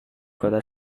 kota